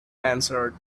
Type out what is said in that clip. answered